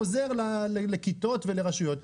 חוזר לכיתות ולרשויות.